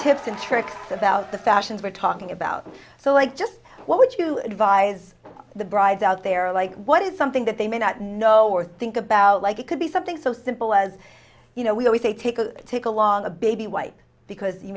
and tricks about the fashions we're talking about so i just what would you advise the brides out there like what is something that they may not know or think about like it could be something so simple as you know we always say take a take along a baby white because you